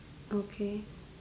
okay